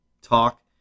talk